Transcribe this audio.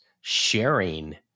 sharing